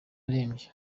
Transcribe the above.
arembye